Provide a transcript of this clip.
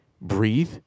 breathe